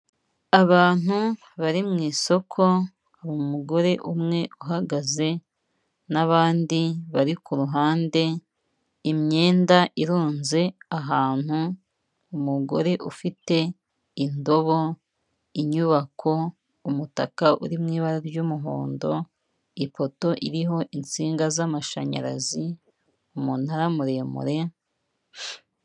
Abantu bari mu isoko hari umugore umwe uhagaze n'abandi bari ku ruhande, imyenda irunze ahantu, umugore ufite indobo, inyubako, umutaka uri mu ibara ry'umuhondo, ipoto iriho insinga z'amashanyarazi, umunara muremure.